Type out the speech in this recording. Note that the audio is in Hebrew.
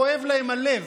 כואב להם הלב.